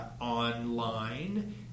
online